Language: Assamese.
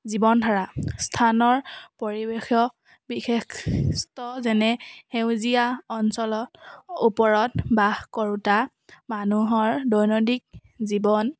জীৱন ধাৰা স্থানৰ পৰিৱেশ বিশেষ যেনে সেউজীয়া অঞ্চলত ওপৰত বাস কৰোঁতা মানুহৰ দৈনন্দিক জীৱন